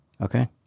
Okay